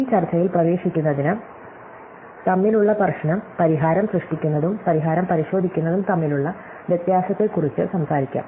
ഈ ചർച്ചയിൽ പ്രവേശിക്കുന്നതിന് തമ്മിലുള്ള പ്രശ്നം പരിഹാരം സൃഷ്ടിക്കുന്നതും പരിഹാരം പരിശോധിക്കുന്നതും തമ്മിലുള്ള വ്യത്യാസത്തെക്കുറിച്ച് സംസാരിക്കാം